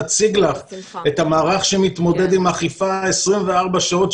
נציג לך את המערך שמתמודד עם האכיפה 24 שעות,